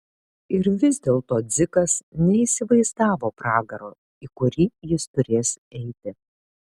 ir vis dėlto dzikas neįsivaizdavo pragaro į kurį jis turės eiti